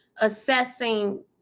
assessing